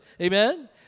Amen